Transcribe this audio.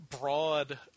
broad –